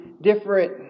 different